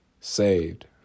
saved